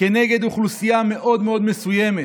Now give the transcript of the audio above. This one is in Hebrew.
כנגד אוכלוסייה מאוד מאוד מסוימת.